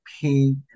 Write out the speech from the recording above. pink